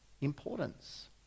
importance